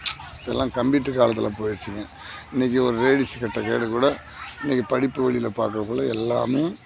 எல்லாம் கம்ப்யூட்ரு காலத்தில் போயிருச்சுங்க இன்னைக்கு ஒரு லேடிஸ் கிட்ட கேட்டு கூட இன்னக்கி படிப்பு வழியில பார்க்கக்குள்ள எல்லாமே